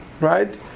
right